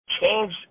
Change